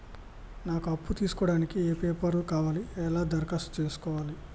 నాకు అప్పు తీసుకోవడానికి ఏ పేపర్లు కావాలి ఎలా దరఖాస్తు చేసుకోవాలి?